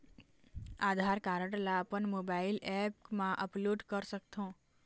आधार card ला अपन mobile app मा अपलोड कर सकथों?